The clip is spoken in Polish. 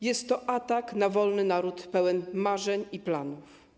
Jest to atak na wolny naród, pełen marzeń i planów.